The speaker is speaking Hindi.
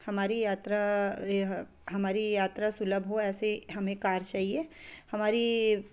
हमारी यात्रा यह हमारी यात्रा सुलभ हो ऐसी हमें कार चाहिए हमारी